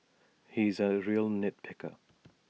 he is A real nit picker